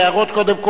שתי הערות: קודם כול,